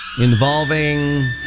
Involving